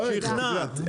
שכנעת.